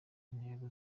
intego